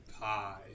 Pie